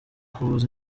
kuvuza